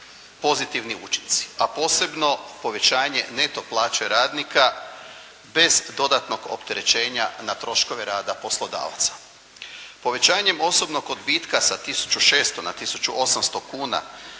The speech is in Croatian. pozitivni učinci, a posebno povećanje neto plaće radnika bez dodatnog opterećenja na troškove rada poslodavaca. Povećanjem osobnog odbitka sa 1600 na 1800 kuna